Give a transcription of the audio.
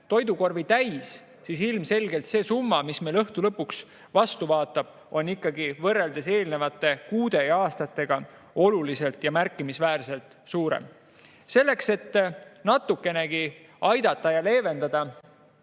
toidukorvi täis, siis ilmselgelt see summa, mis meile lõpuks vastu vaatab, on võrreldes eelnevate kuude ja aastatega oluliselt ja märkimisväärselt suurem. Selleks, et natukenegi aidata ja leevendada